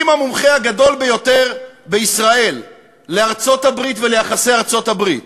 אם המומחה הגדול ביותר בישראל לארצות-הברית וליחסי ארצות-הברית